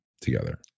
together